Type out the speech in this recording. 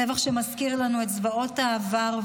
טבח שמזכיר לנו את זוועות העבר,